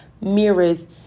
mirrors